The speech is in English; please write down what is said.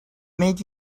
made